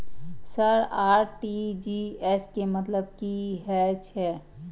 Sir RTGS के मतलब की हे छे?